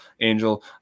Angel